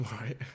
Right